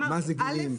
מה זה קטינים?